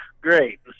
great